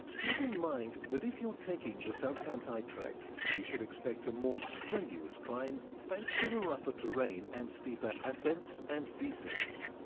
keep in mind that if you're taking the salkantay trek, you should expect a more strenuous climb, thanks to the rougher terrain and steeper ascents and descents.